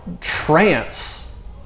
trance